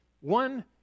One